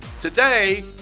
Today